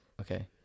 okay